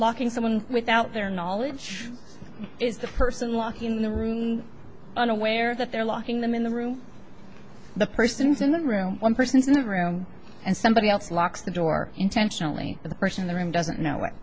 locking someone without their knowledge is the person walking in the room unaware that they're locking them in the room the person is in the room one person is in the room and somebody else locks the door intentionally and the person in the room doesn't know that